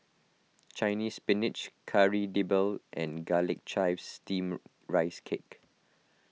Chinese Spinach Kari Debal and Garlic Chives Steamed Rice Cake